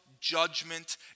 judgment